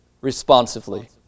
Responsively